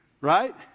Right